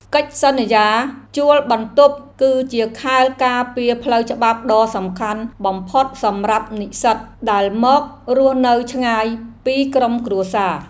កិច្ចសន្យាជួលបន្ទប់គឺជាខែលការពារផ្លូវច្បាប់ដ៏សំខាន់បំផុតសម្រាប់និស្សិតដែលមករស់នៅឆ្ងាយពីក្រុមគ្រួសារ។